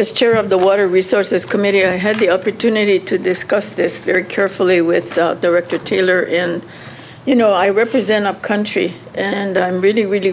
as chair of the water resources committee i had the opportunity to discuss this very carefully with director taylor and you know i represent our country and i'm really really